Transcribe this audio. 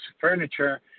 furniture